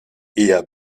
eher